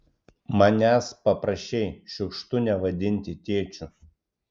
manęs paprašei šiukštu nevadinti tėčiu